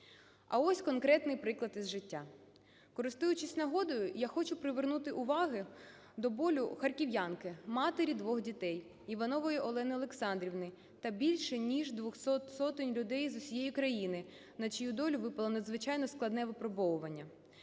А ось конкретний приклад із життя. Користуючись нагодою, я хочу привернути увагу до болю харків'янки, матері двох дітей Іванової Олени Олександрівни та більше ніж двох сотень людей з усієї країни, на чию долю випало надзвичайно складне випробовування.